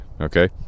okay